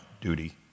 duty